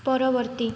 ପରବର୍ତ୍ତୀ